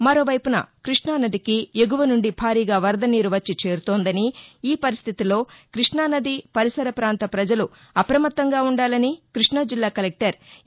మరో వైపున కృష్ణానదికి ఎగువ నుండి భారీగా వరద నీరు వచ్చి చేరుతోందని ఈ పరిస్థితిలో కృష్ణానది పరిసర ప్రాంత ప్రజలు అపమత్తంగా ఉండాలని క్బష్టాజిల్లా కలెక్టర్ ఎ